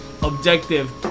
Objective